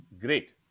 Great